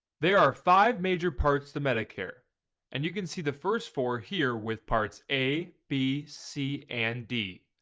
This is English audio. there are five major parts the medicare and you can see the first four here with parts a, b, c, and d.